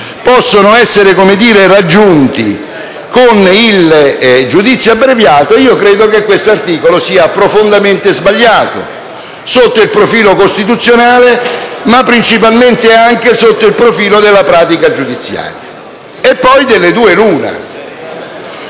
possono essere raggiunti con il giudizio abbreviato, credo che questo articolo sia profondamente sbagliato sotto il profilo costituzionale, ma principalmente anche sotto quello della pratica giudiziaria. E poi delle due l'una: